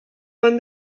won